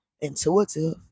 intuitive